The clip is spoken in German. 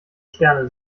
sterne